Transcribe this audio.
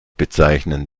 bezeichnen